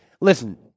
Listen